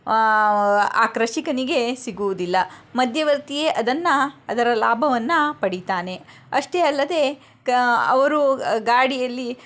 ಆ ಕೃಷಿಕನಿಗೆ ಸಿಗುವುದಿಲ್ಲ ಮಧ್ಯವರ್ತಿಯೇ ಅದನ್ನ ಅದರ ಲಾಭವನ್ನು ಪಡಿತಾನೆ ಅಷ್ಟೇ ಅಲ್ಲದೇ ಕ ಅವರು ಗಾಡಿಯಲ್ಲಿ